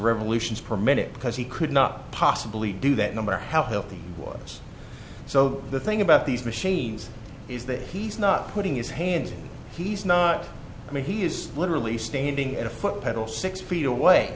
revolutions per minute because he could not possibly do that no matter how healthy was so the thing about these machines is that he's not putting his hands in he's not i mean he is literally standing at a foot pedal six feet away